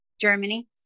Germany